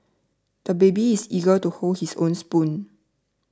the baby is eager to hold his own spoon